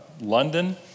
London